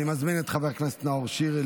אני מזמין את חבר הכנסת נאור שירי,